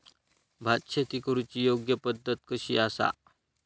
भात शेती करुची योग्य पद्धत कशी आसा?